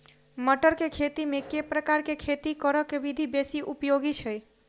मटर केँ खेती मे केँ प्रकार केँ खेती करऽ केँ विधि बेसी उपयोगी छै?